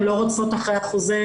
הן לא רודפות אחרי החוזה,